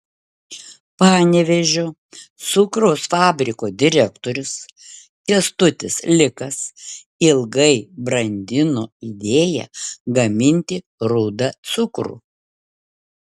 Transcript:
panevėžio cukraus fabriko direktorius kęstutis likas ilgai brandino idėją gaminti rudą cukrų